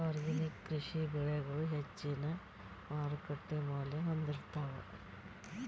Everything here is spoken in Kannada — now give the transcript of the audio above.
ಆರ್ಗ್ಯಾನಿಕ್ ಕೃಷಿ ಬೆಳಿಗಳು ಹೆಚ್ಚಿನ್ ಮಾರುಕಟ್ಟಿ ಮೌಲ್ಯ ಹೊಂದಿರುತ್ತಾವ